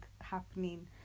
happening